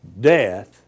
Death